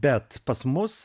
bet pas mus